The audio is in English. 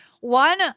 one